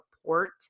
support